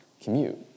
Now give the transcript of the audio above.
commute